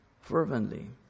fervently